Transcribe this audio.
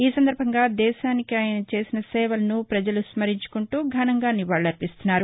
ఈ సందర్బంగా దేశానికి ఆయన చేసిన సేవలను ప్రజలు స్నరించుకుంటూ ఘనంగా నివాకులర్పిస్తున్నారు